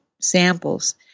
samples